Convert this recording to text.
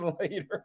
later